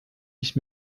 ich